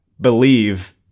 believe